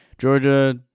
Georgia